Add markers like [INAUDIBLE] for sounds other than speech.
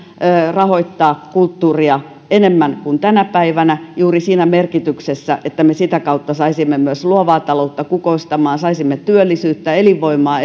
rahoittaa kulttuuria enemmän kuin tänä päivänä juuri siinä merkityksessä että me sitä kautta saisimme myös luovaa taloutta kukoistamaan saisimme työllisyyttä elinvoimaa [UNINTELLIGIBLE]